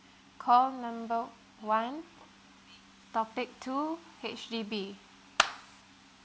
call number one topic two H_D_B